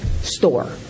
store